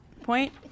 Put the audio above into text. point